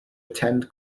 attend